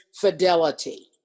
fidelity